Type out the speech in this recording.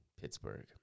Pittsburgh